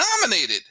nominated